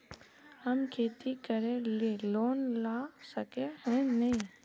हम खेती करे ले लोन ला सके है नय?